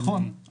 נכון.